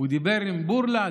הוא דיבר עם בורלא,